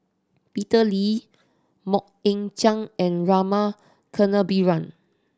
Peter Lee Mok Ying Jang and Rama Kannabiran